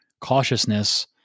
cautiousness